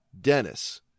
Dennis